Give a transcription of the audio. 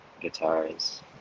guitars